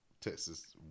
Texas